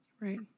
Right